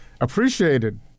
appreciated